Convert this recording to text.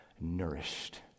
nourished